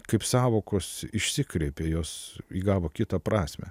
kaip sąvokos išsikreipia jos įgavo kitą prasmę